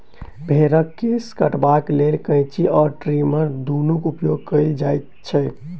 भेंड़क केश कटबाक लेल कैंची आ ट्रीमर दुनूक उपयोग कयल जाइत छै